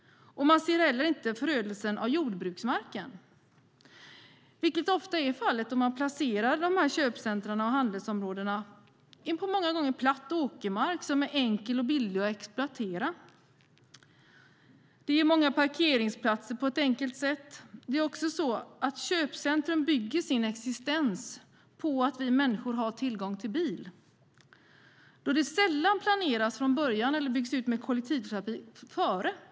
Man ser inte heller förödelsen av jordbruksmarken, vilket ofta blir fallet då man många gånger placerar dessa köpcentrum och handelsområden på platt åkermark som är enkel och billig att exploatera. Det ger många parkeringsplatser på ett enkelt sätt. Köpcentrum bygger sin existens på att vi människor har tillgång till bil, då det sällan planeras för kollektivtrafik från början. Det byggs inte ut före byggstart.